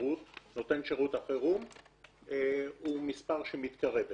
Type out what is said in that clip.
שירות החירום הוא מספר שמתקרב אליהם.